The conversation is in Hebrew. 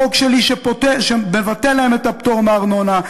החוק שלי מבטל להם את הפטור הארנונה,